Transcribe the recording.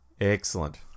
Excellent